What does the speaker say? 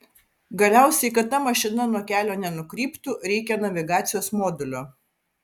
galiausiai kad ta mašina nuo kelio nenukryptų reikia navigacijos modulio